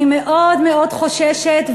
אני מאוד מאוד חוששת,